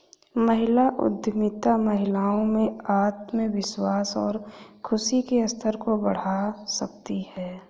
महिला उद्यमिता महिलाओं में आत्मविश्वास और खुशी के स्तर को बढ़ा सकती है